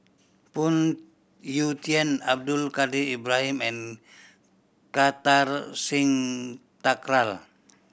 Phoon Yew Tien Abdul Kadir Ibrahim and Kartar Singh Thakral